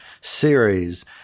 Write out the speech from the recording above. series